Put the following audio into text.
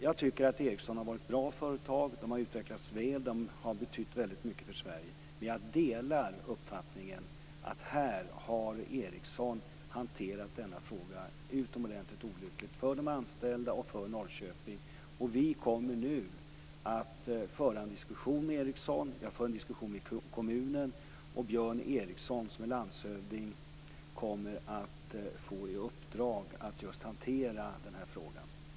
Jag tycker att Ericsson har varit ett bra företag som har utvecklats väl och betytt väldigt mycket för Sverige. Men jag delar uppfattningen att Ericsson har hanterat denna fråga utomordentligt olyckligt för de anställda och för Norrköping. Vi kommer nu att föra en diskussion med Ericsson, och jag för en diskussion med kommunen. Björn Ericsson, som är landshövding, kommer att få i uppdrag att just hantera den här frågan.